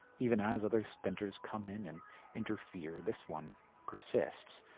even as other stentors come in and interfere, this one persists,